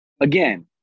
again